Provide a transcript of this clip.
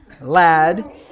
lad